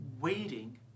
waiting